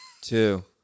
two